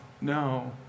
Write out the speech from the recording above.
No